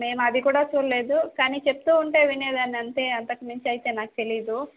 మేము అది కూడా చూడలేదు కానీ చెప్తూ ఉంటే వినేదాన్ని అంతే అంతకు మించి అయితే నాకు తెలీదు